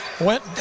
went